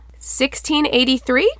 1683